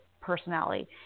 personality